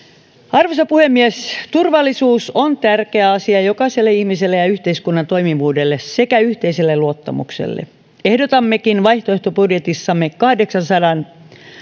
arvoisa puhemies turvallisuus on tärkeä asia jokaiselle ihmiselle ja yhteiskunnan toimivuudelle sekä yhteiselle luottamukselle ehdottammekin vaihtoehtobudjetissamme kahdeksansadan